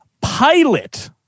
pilot